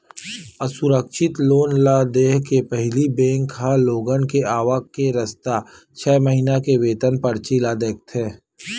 असुरक्छित लोन ल देय के पहिली बेंक ह लोगन के आवक के रस्ता, छै महिना के वेतन परची ल देखथे